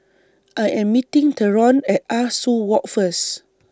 I Am meeting Theron At Ah Soo Walk First